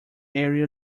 area